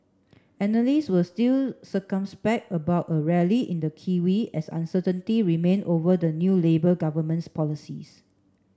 analysts were still circumspect about a rally in the kiwi as uncertainty remained over the new Labour government's policies